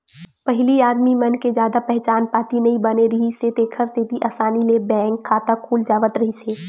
पहिली आदमी मन के जादा पहचान पाती नइ बने रिहिस हे तेखर सेती असानी ले बैंक खाता खुल जावत रिहिस हे